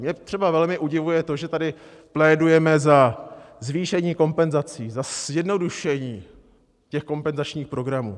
Mě třeba velmi udivuje, že tady plédujeme za zvýšení kompenzací, za zjednodušení kompenzačních programů;